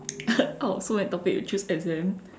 out of so many topic to choose exam